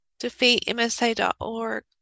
DefeatMSA.org